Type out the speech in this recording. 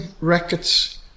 rackets